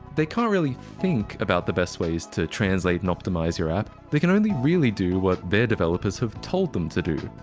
they can't really think about the best ways to translate and optimize your app. they can only really do what their developers have told them to do.